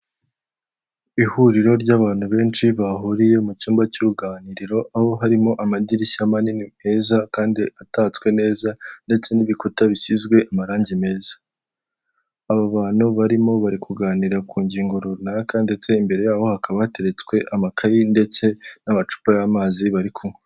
Imodoka yo mu bwoko bwa toyota ihagaze ahantu hamwe ndetse ikaba isa umweru iparitse ahongaho kugira ngo abantu bazikeneye bazikodeshe cyangwa se bazigurishe ndetse hakaba hari n'izindi nkazo byegeranye.